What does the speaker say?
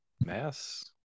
Mass